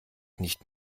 nicht